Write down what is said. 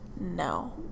no